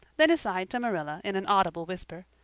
then aside to marilla in an audible whisper,